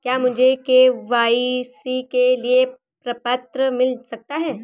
क्या मुझे के.वाई.सी के लिए प्रपत्र मिल सकता है?